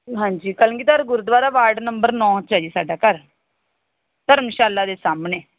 ਹਾਂਜੀ Kalgidhar Gurdwara ward number ਨੌਂ 'ਚ ਹੈ ਜੀ ਸਾਡਾ ਘਰ ਧਰਮਸ਼ਾਲਾ ਦੇ ਸਾਹਮਣੇ